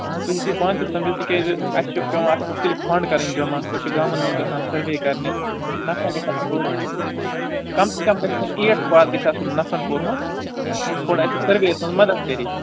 اَہن حظ تۄہہِ ہیٚکِو پانہٕ تہِ سمجِتھ تِکیٛازِ اَسہِ چھُ پٮ۪وان اَتھ مختلف فنڈ کَرٕنۍ جمع أسۍ چھِ گامن منٛز گژھان سٔروے کَرنہِ نفرن گَژھِ آسٕنۍ تور کَم سے کَم گَژھا آسٕنۍ ایٹتھٕ پاس گَژھِ آسُن نفرن کوٚرمُت یُس تھوڑا اَسہِ سٔروے یس منٛز مَدتھ کَرے